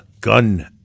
gun